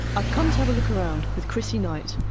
i've come to have a look around with chrissie knight,